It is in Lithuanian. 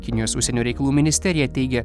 kinijos užsienio reikalų ministerija teigia